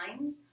lines